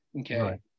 okay